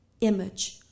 image